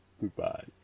Goodbye